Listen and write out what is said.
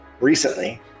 recently